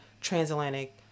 transatlantic